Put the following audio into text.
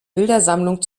bildersammlung